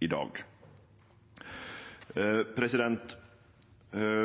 i dag.